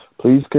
Please